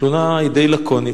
התלונה די לקונית.